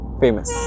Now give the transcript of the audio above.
famous